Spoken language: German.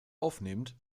aufnehmt